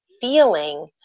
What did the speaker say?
feeling